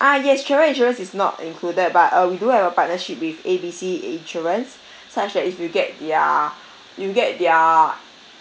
ah yes travel insurance is not included but uh we do have a partnership with A B C insurance such as if you get their you get their